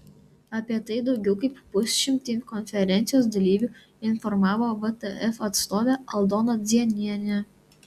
apie tai daugiau kaip pusšimtį konferencijos dalyvių informavo vtf atstovė aldona dzienienė